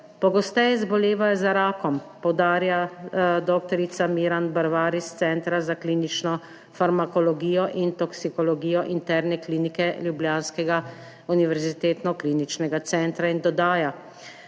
pogosteje zbolevajo za rakom,« poudarja dr. Miran Brvar s Centra za klinično farmakologijo in toksikologijo interne klinike ljubljanskega Univerzitetnega kliničnega centra. In dodaja: